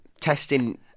testing